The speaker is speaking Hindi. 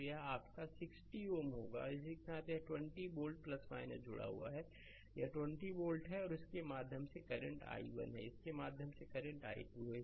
तो यह आपका 60 Ω होगा और इसके साथ यह 20 वोल्ट जुड़ा हुआ है यह 20 वोल्ट है और इसके माध्यम से करंट i1 है और इसके माध्यम से करंट i2 है